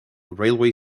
railway